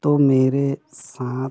तो मेरे साथ